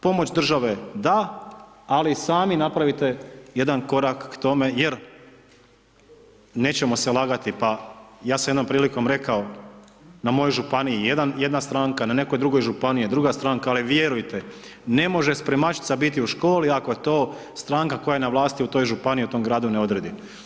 Pomoć države da, ali sami napravite jedan korak k tome jer nećemo se lagati, ja sam jednom prilikom rekao na mojoj županiji jedna stranka, na nekoj drugoj županiji je druga stranka ali vjerujte ne može spremačica biti u školi ako to stranka koja je na vlasti u toj županiji u tom gradu ne odredi.